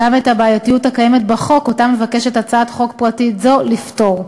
הבעייתיות הקיימת בחוק שאותה מבקשת הצעת חוק פרטית זו לפתור.